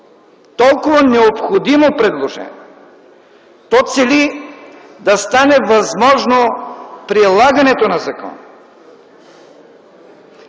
толкова необходимо предложение, то цели да стане възможно прилагането на закона.